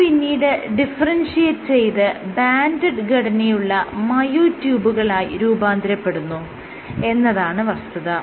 ഇവ പിന്നീട് ഡിഫറെൻഷിയേറ്റ് ചെയ്ത് ബാൻഡഡ് ഘടനയുള്ള മയോട്യൂബുകളായി രൂപാന്തരപ്പെടുന്നു എന്നതാണ് വസ്തുത